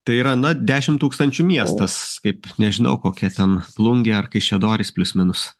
tai yra na dešim tūkstančių miestas kaip nežinau kokia ten plungė ar kaišiadorys plius minus